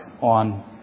on